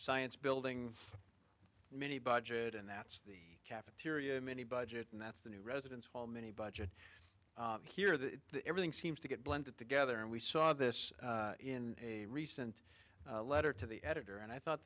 science building many budget and that's the cafeteria many budget and that's the new residence hall many budget here everything seems to get blended together and we saw this in a recent letter to the editor and i thought